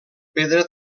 pedra